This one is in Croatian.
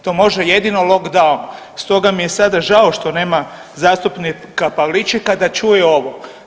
To može jedino lockdown, stoga mi je sada žao što nema zastupnika Pavličeka da čuje ovo.